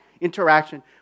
interaction